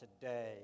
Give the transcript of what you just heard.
today